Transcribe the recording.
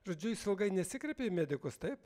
žodžiu jis ilgai nesikreipė į medikus taip